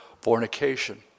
fornication